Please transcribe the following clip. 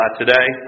today